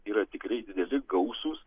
yra tikrai dideli gausūs